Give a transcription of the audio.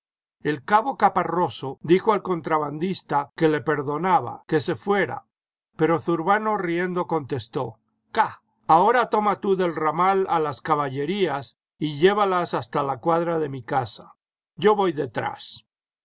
el cabo caparroso dijo al contrabandista que le perdonaba que se fuera pero zurbano riendo contestó ca ahora toma tú del ramal a las caballerías y llévalas hasta la cuadra de mi casa yo voy detrás